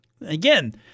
Again